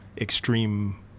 extreme